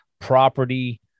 property